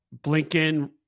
Blinken